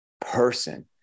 person